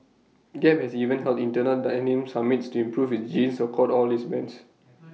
gap has even held internal denim summits to improve its jeans across all its brands